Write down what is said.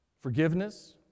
Forgiveness